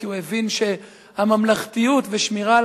כי הוא הבין שהממלכתיות ושמירה על